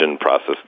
process